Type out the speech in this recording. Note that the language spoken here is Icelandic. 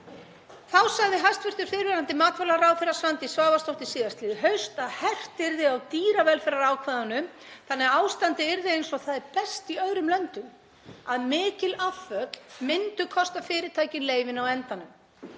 Þá sagði hæstv. fyrrverandi matvælaráðherra, Svandís Svavarsdóttir, síðastliðið haust að hert yrði á dýravelferðarákvæðum þannig að ástandið yrði eins og það er best í öðrum löndum, að mikil afföll myndu kosta fyrirtækin leyfin á endanum.